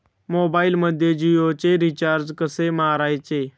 मोबाइलमध्ये जियोचे रिचार्ज कसे मारायचे?